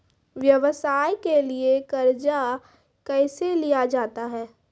व्यवसाय के लिए कर्जा कैसे लिया जाता हैं?